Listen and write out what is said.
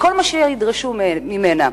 לכל מה שידרשו ממנה.